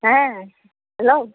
ᱦᱮᱸ ᱦᱮᱞᱳ